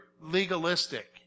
legalistic